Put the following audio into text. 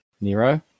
Nero